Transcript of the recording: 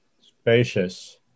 spacious